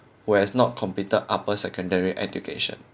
who has not completed upper secondary education